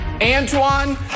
Antoine